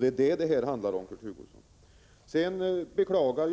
Det är vad det här handlar om, Kurt Hugosson.